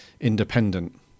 independent